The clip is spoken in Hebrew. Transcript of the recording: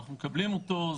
אנחנו מקבלים אותו,